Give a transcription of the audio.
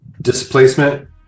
displacement